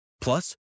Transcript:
Plus